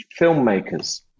filmmakers